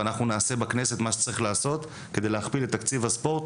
ואנחנו נעשה בכנסת מה שצריך לעשות כדי להכפיל את תקציב הספורט.